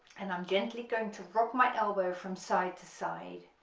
and i'm gently going to rock my elbow from side to side